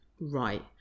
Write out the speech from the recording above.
Right